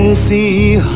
see